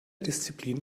disziplin